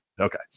Okay